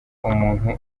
umuntu